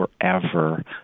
forever